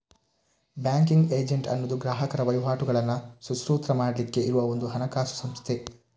banking agent ಅನ್ನುದು ಗ್ರಾಹಕರ ವಹಿವಾಟುಗಳನ್ನ ಸುಸೂತ್ರ ಮಾಡ್ಲಿಕ್ಕೆ ಇರುವ ಒಂದು ಹಣಕಾಸು ಸಂಸ್ಥೆ